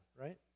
right